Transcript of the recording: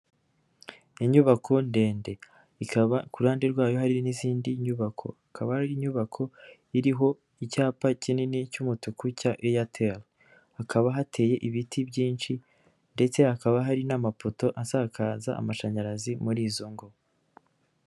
Inyubako ndende, ikaba ku ruhande rwayo hari n'izindi nyubako, akaba ari inyubako iriho icyapa kinini cy'umutuku cya eyateri, hakaba hateye ibiti byinshi, ndetse hakaba hari n'amapoto asakaza amashanyarazi, muri izo ngo.